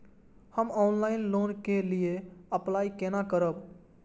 हम online loan के लिए अप्लाई केना करब?